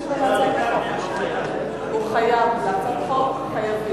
הוא לא חייב לענות.